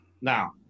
Now